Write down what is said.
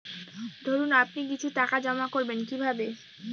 ধরুন আপনি কিছু টাকা জমা করবেন কিভাবে?